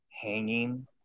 hanging